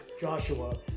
Joshua